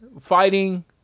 fighting